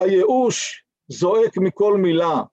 ‫הייאוש זועק מכל מילה.